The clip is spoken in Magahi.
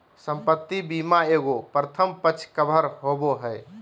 संपत्ति बीमा एगो प्रथम पक्ष कवर होबो हइ